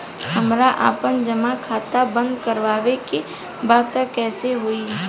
हमरा आपन जमा खाता बंद करवावे के बा त कैसे होई?